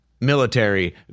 military